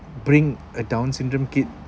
bring a down syndrome kid